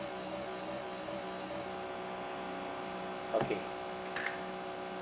okay